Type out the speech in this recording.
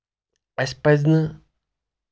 اَسہِ پَزِ نہٕ